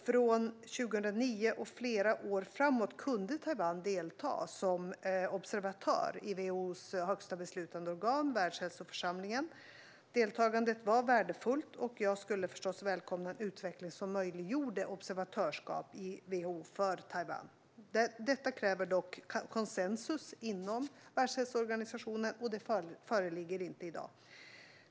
Från 2009 och flera år framåt kunde Taiwan delta som observatör i WHO:s högsta beslutande organ, Världshälsoförsamlingen . Deltagandet var värdefullt, och jag skulle välkomna en utveckling som möjliggjorde observatörskap i WHO för Taiwan. Detta kräver dock konsensus inom Världshälsoorganisationen, och det föreligger inte i dag.